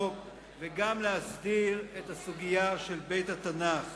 וגם להסדיר את הסוגיה של בית התנ"ך.